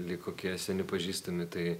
lyg kokie seni pažįstami tai